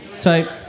type